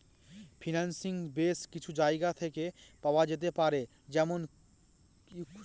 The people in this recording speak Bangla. ফিন্যান্সিং বেস কিছু জায়গা থেকে পাওয়া যেতে পারে যেমন ইকুইটি, লোন ইত্যাদি